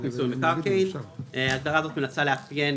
מיסוי מקרקעין," ההגדרה הזאת מנסה לאפיין